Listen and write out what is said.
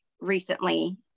recently